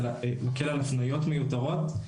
מקל על הפניות מיותרות,